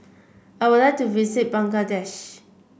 I would like to visit Bangladesh